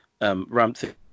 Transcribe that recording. ramped